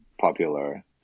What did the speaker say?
popular